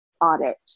audit